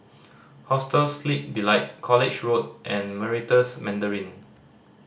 Hostel Sleep Delight College Road and Meritus Mandarin